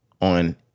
On